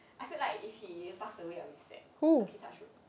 I feel like if he pass away I'll be sad okay touch wood